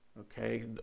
okay